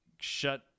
shut